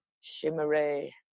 shimmery